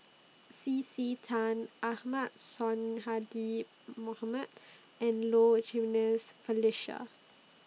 C C Tan Ahmad Sonhadji Mohamad and Low Jimenez Felicia